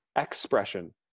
Expression